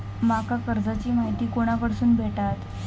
माका कर्जाची माहिती कोणाकडसून भेटात?